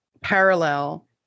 parallel